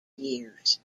years